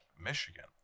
Michigan